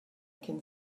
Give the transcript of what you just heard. can